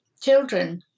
children